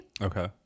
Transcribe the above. Okay